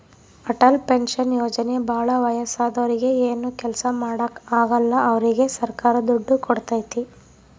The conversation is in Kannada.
ಅಟಲ್ ಪೆನ್ಶನ್ ಯೋಜನೆ ಭಾಳ ವಯಸ್ಸಾದೂರಿಗೆ ಏನು ಕೆಲ್ಸ ಮಾಡಾಕ ಆಗಲ್ಲ ಅವ್ರಿಗೆ ಸರ್ಕಾರ ದುಡ್ಡು ಕೋಡ್ತೈತಿ